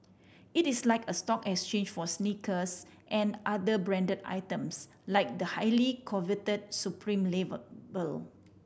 it is like a stock exchange for sneakers and other branded items like the highly coveted Supreme label